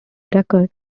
record